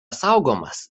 saugomas